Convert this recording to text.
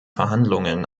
verhandlungen